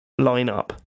lineup